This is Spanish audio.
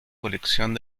colección